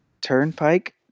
Turnpike